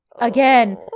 Again